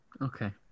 Okay